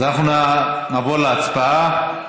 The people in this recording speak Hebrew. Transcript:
אז אנחנו נעבור להצבעה.